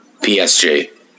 PSG